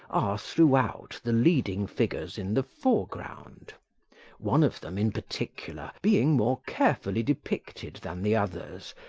are, throughout, the leading figures in the foreground one of them, in particular, being more carefully depicted than the others,